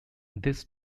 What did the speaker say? this